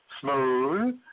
smooth